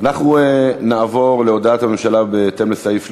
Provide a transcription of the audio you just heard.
אנחנו נעבור להודעת הממשלה, בהתאם לסעיף 31(ד)